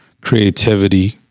creativity